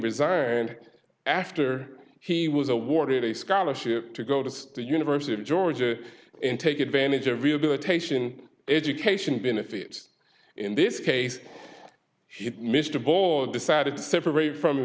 resigned after he was awarded a scholarship to go to the university of georgia and take advantage of rehabilitation education benefits in this case mr board decided to separate from